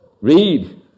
Read